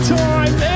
time